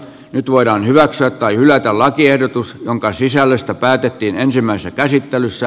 nyt voidaan hyväksyä tai hylätä lakiehdotus jonka sisällöstä päätettiin ensimmäisessä käsittelyssä